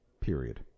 Period